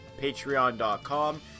patreon.com